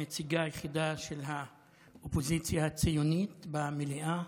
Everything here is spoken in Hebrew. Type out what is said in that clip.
הנציגה היחידה של האופוזיציה הציונית במליאה,